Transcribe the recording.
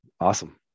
Awesome